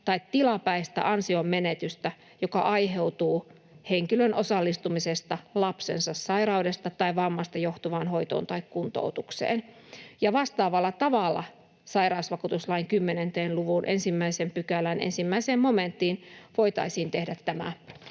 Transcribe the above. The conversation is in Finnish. tai tilapäistä ansionmenetystä, joka aiheutuu henkilön osallistumisesta lapsensa sairaudesta tai vammasta johtuvaan hoitoon tai kuntoutukseen. Vastaavalla tavalla sairausvakuutuslain 10 luvun 1 §:n 1 momenttiin voitaisiin tehdä tämä